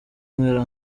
ngera